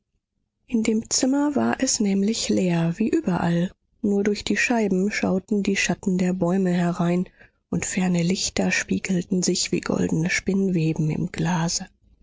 in dem zimmer war es nämlich leer wie überall nur durch die scheiben schauten die schatten der bäume herein und ferne lichter spiegelten sich wie goldene spinnweben im glase